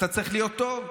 אתה צריך להיות טוב,